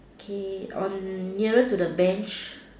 okay on nearer to the bench